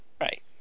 right